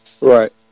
Right